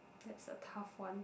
that's a tough one